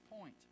point